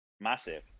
massive